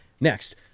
next